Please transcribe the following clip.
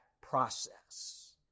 process